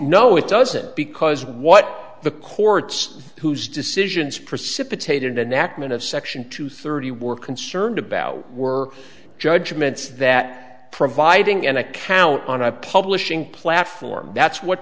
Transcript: no it doesn't because what the courts whose decisions precipitated anatman of section two thirty we're concerned about were judgments that providing an account on a publishing platform that's what